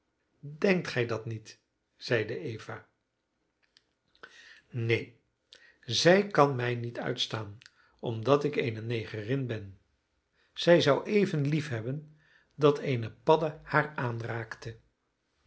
denkt gij dat niet zeide eva neen zij kan mij niet uitstaan omdat ik eene negerin ben zij zou even lief hebben dat eene padde haar aanraakte